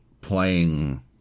playing